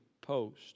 post